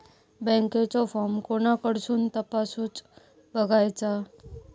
बँकेचो फार्म कोणाकडसून तपासूच बगायचा?